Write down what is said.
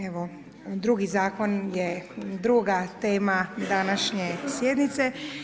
Evo drugi zakon je, druga tema današnje sjednice.